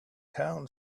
town